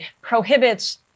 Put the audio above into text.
prohibits